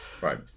Right